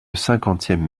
cinquantième